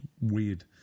weird